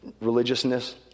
religiousness